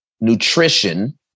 nutrition